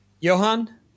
johan